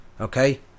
okay